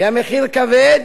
כי המחיר כבד